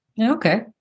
Okay